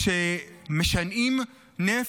כשמשנעים נפט,